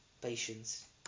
patience